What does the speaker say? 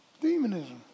Demonism